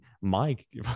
Mike